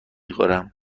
خورم